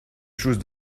chose